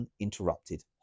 uninterrupted